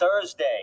Thursday